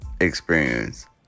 experience